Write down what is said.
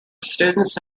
students